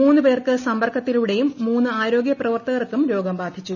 മൂന്ന് പേർക്ക് സമ്പർക്കത്തിലൂടെയും മൂന്ന് ആരോഗ്യപ്രവർത്തകർക്കും രോഗം ബാധിച്ചു